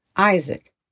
Isaac